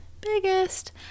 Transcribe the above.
biggest